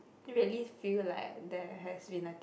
really feel like there has been a